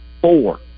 four